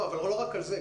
לא רק על זה.